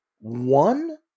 one